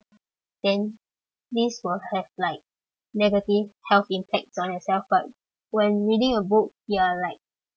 then this will have like negative health impacts on yourself but